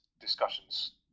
discussions